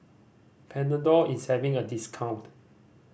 Panadol is having a discount